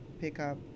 pickup